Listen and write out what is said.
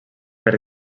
per